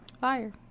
Fire